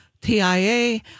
TIA